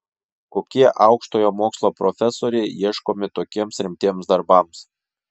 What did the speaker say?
kokie aukštojo mokslo profesoriai ieškomi tokiems rimtiems darbams